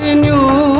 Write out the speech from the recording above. and new